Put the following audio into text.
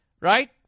right